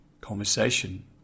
conversation